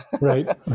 Right